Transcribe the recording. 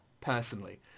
personally